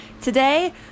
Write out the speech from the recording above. today